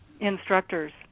instructors